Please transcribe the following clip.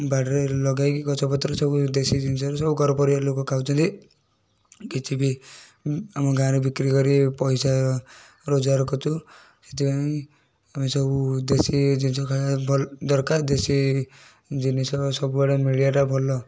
ବାଡ଼ିରେ ଲଗେଇକି ଗଛପତ୍ର ସବୁ ଦେଶୀ ଜିନିଷରୁ ସବୁ ଘର ପରିବାର ଲୋକ ଖାଉଛନ୍ତି କିଛି ବି ଆମ ଗାଁର ବିକ୍ରି କରି ପଇସା ରୋଜଗାର କରୁଛୁ ସେଥିପାଇଁ ଆମେ ସବୁ ଦେଶୀ ଜିନିଷ ଖାଇବା ଭଲ ଦରକାର ଦେଶୀ ଜିନିଷ ସବୁ ଆଡ଼େ ମିଳିବାଟା ଭଲ